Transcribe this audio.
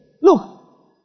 Look